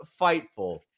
fightful